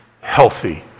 healthy